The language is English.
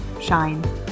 shine